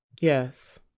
Yes